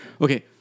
Okay